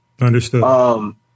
Understood